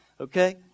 okay